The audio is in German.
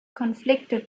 konflikte